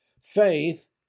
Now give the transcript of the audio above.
Faith